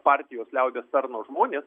partijos liaudies tarno žmonės